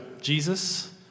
Jesus